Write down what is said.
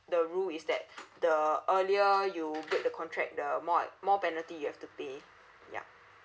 the rule is that the earlier you break the contract the more uh more penalty you have to pay yup